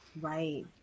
Right